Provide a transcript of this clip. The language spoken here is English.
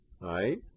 right